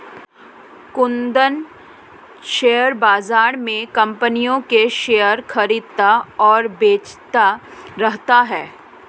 Kundan share बाज़ार में कम्पनियों के शेयर खरीदता और बेचता रहता है